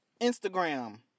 Instagram